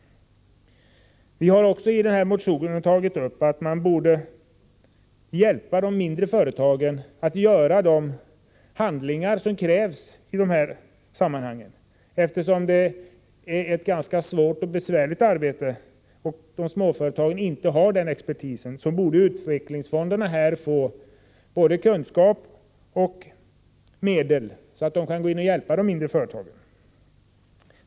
Vi har också i denna motion tagit upp att de mindre företagen borde få hjälp i miljöskyddsärenden, eftersom det är ett ganska svårt och besvärligt arbete. Småföretagen har inte tillgång till expertis, och därför borde utvecklingsfonderna få både kunskap och medel för att kunna hjälpa de mindre företagen.